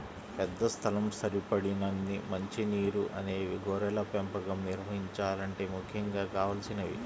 పెద్ద స్థలం, సరిపడినన్ని మంచి నీరు అనేవి గొర్రెల పెంపకం నిర్వహించాలంటే ముఖ్యంగా కావలసినవి